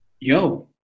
Yo